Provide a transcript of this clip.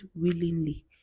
willingly